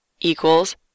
equals